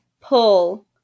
pull